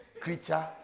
creature